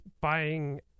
buying